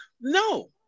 no